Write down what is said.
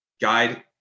guide